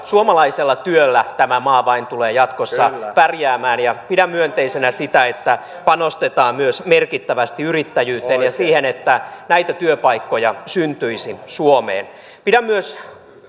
suomalaisella työllä tämä maa tulee jatkossa pärjäämään ja pidän myönteisenä sitä että panostetaan myös merkittävästi yrittäjyyteen ja siihen että näitä työpaikkoja syntyisi suomeen pidän myös